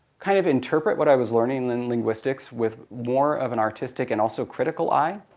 kind of interpret what i was learning in linguistics with more of an artistic and also critical eye.